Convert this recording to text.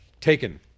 taken